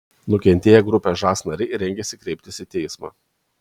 nukentėję grupės žas nariai rengiasi kreiptis į teismą